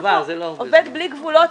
הכול פה עובד בלי גבולות,